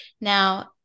Now